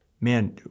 man